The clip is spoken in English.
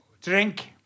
drink